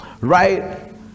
right